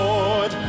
Lord